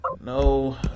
no